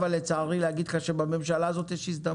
אבל לצערי אני אומר לך שיש בממשלה הזאת הזדמנות,